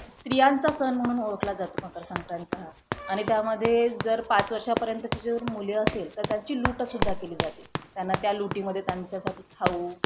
स्त्रियांचा सण म्हणून ओळखला जातो मकरसंक्रांत हा आणि त्यामध्ये जर पाच वर्षापर्यंतची जर मुले असेल तर त्याची लूटसुद्धा केली जाते त्यांना त्या लुटीमध्ये त्यांच्यासाठी खाऊ